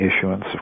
issuance